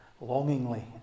longingly